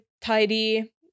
tidy